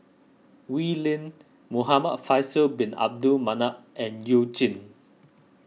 Wee Lin Muhamad Faisal Bin Abdul Manap and You Jin